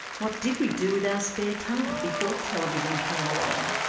what did we do with our spare time before television came along?